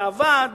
מי עבד,